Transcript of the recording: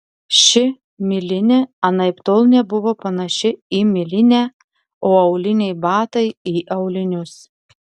ši milinė anaiptol nebuvo panaši į milinę o auliniai batai į aulinius